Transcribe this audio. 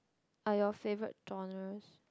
are you favourite genres